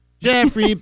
Jeffrey